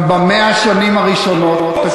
גם ב-100 השנים הראשונות,